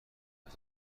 لذت